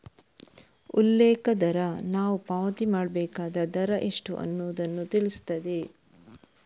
ಉಲ್ಲೇಖ ದರ ನಾವು ಪಾವತಿ ಮಾಡ್ಬೇಕಾದ ದರ ಎಷ್ಟು ಅನ್ನುದನ್ನ ತಿಳಿಸ್ತದೆ